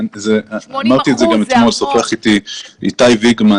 אמרתי גם אתמול ששוחח אתי איתי ויגמן